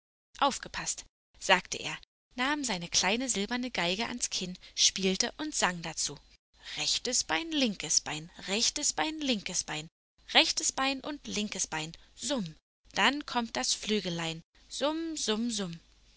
aufgepaßt sagte er nahm seine kleine silberne geige ans kinn spielte und sang dazu rechtes bein linkes bein rechtes bein linkes bein rechtes bein und linkes bein summ dann kommt das flügelein summ summ summ